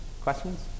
Questions